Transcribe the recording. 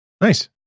Nice